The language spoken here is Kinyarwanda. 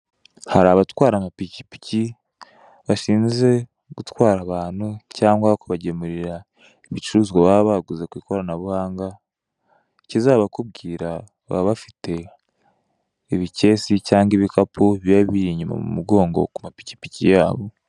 Hari abatwara amapikipiki, bashinzwe gutwara abantu cyangwa kubagemurira ibicuruzwa baba baguze ku ikoranabuhanga. Ikizabakubwira, baba bafite ibikesi cyangwa ibikapu biba biri inyuma mu mugongo ku mapikipiki yabo.